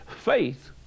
Faith